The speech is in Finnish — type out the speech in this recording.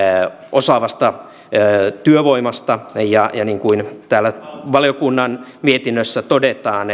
osaavasta työvoimasta ja niin kuin täällä valiokunnan mietinnössä todetaan